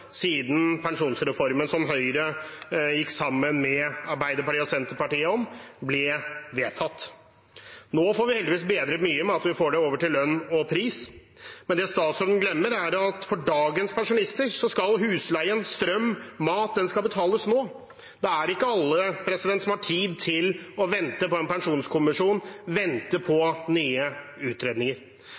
siden pensjonsreformen ble vedtatt, som Høyre gikk sammen med Arbeiderpartiet og Senterpartiet om. Nå får vi heldigvis bedret mye ved at vi får det over til lønn og pris, men det statsråden glemmer, er at for dagens pensjonister skal husleie, strøm og mat betales nå. Det er ikke alle som har tid til å vente på en pensjonskommisjon, vente på nye utredninger.